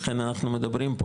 לכן אנחנו מדברים פה,